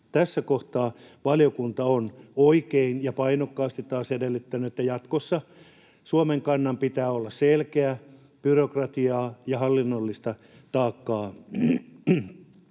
Tässä kohtaa valiokunta on oikein ja painokkaasti taas edellyttänyt, että jatkossa Suomen kannan pitää olla selkeä, byrokratiaa ja hallinnollista taakkaa